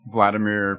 Vladimir